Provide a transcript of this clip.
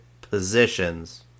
positions